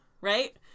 right